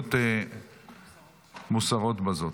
ההסתייגויות מוסרות בזאת.